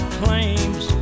claims